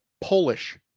Polish